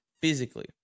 physically